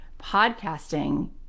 Podcasting